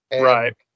Right